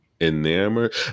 Enamored